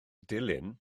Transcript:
dilin